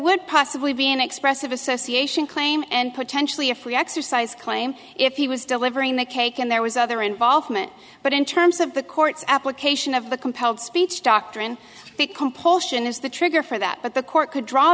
would possibly be an expressive association claim and potentially a free exercise claim if he was delivering the cake and there was other involvement but in terms of the court's application of the compelled speech doctrine that compulsion is the trigger for that but the court could draw